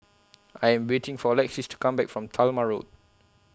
I Am waiting For Lexis to Come Back from Talma Road